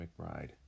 McBride